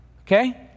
okay